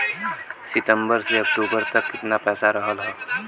सितंबर से अक्टूबर तक कितना पैसा रहल ह?